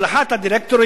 על אחת הדירקטוריות,